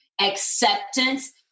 acceptance